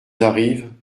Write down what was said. arrive